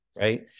right